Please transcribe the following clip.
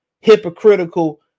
Hypocritical